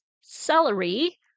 celery